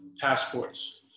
passports